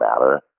matter